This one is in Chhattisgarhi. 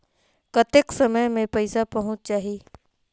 कतेक समय मे पइसा पहुंच जाही?